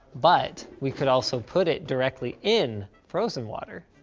but we could also put it directly in frozen water.